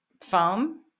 foam